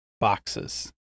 boxes